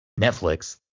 Netflix